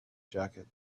jacket